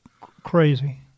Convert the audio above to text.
crazy